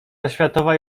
oświatowa